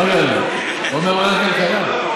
הוא אומר ועדת הכלכלה.